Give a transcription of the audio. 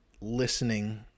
listening